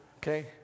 Okay